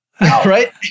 right